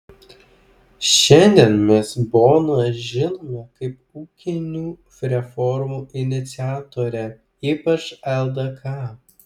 šiandien mes boną žinome kaip ūkinių reformų iniciatorę ypač ldk